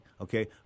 Okay